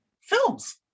films